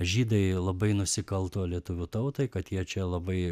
žydai labai nusikalto lietuvių tautai kad jie čia labai